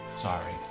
Sorry